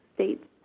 States